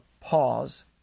pause